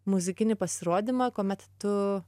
muzikinį pasirodymą kuomet tu